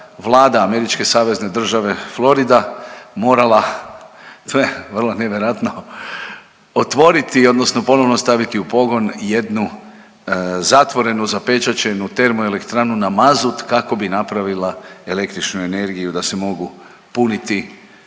Vlada Američke savezne države Florida morala, vrlo nevjerojatno, otvoriti odnosno ponovo staviti u pogon jednu zatvorenu, zapečaćenu termoelektranu na mazut kako bi napravila električnu energiju da se mogu puniti